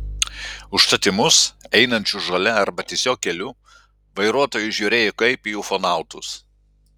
užtat į mus einančius žole arba tiesiog keliu vairuotojai žiūrėjo kaip į ufonautus